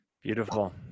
Beautiful